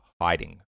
hiding